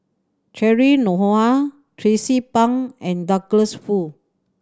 Cheryl Noronha Tracie Pang and Douglas Foo